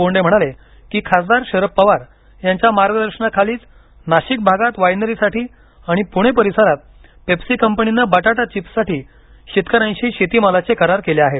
बोंडे म्हणाले की खासदार शरद पवार यांच्या मार्गदर्शनाखालीच नाशिक भागात वायनरीसाठी आणि पुणे परिसरात पेप्सी कंपनीनं बटाटा चिप्स साठी शेतकऱ्यांशी शेतीमालाचे करार केले आहेत